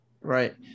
Right